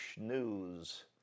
news